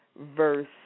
verse